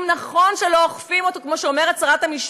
אם נכון שלא אוכפים אותו, כמו שאומרת שרת המשפטים,